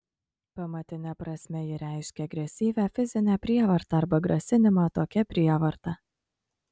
pamatine prasme ji reiškia agresyvią fizinę prievartą arba grasinimą tokia prievarta